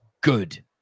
good